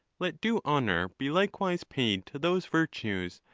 let due honour be likewise paid to those virtues,